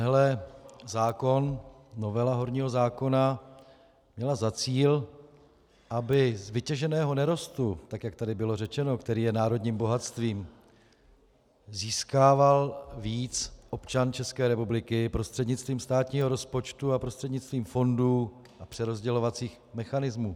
Tahle novela horního zákona měla za cíl, aby vytěženého nerostu, tak jak tady bylo řečeno, který je národním bohatstvím, získával víc občan České republiky prostřednictvím státního rozpočtu a prostřednictvím fondů a přerozdělovacích mechanismů.